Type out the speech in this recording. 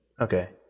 Okay